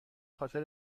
خاطر